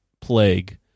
plague